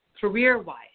career-wise